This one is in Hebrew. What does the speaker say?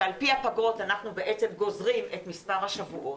שעל פי הפגרות אנחנו גוזרים את מספר השבועות,